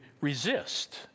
resist